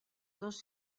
dos